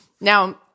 Now